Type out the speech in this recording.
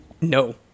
no